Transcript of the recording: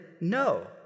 No